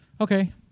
okay